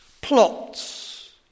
Plots